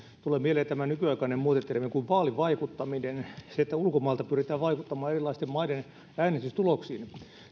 tulee mieleen tämmöinen nykyaikainen muotitermi kuin vaalivaikuttaminen se että ulkomailta pyritään vaikuttamaan erilaisten maiden äänestystuloksiin